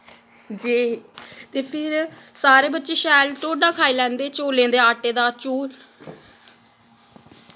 जे ते फिर सारे बच्चे शैल टोडा खाई लैंदे चौलें दे आटे दा चौल